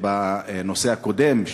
בנושא הקודם,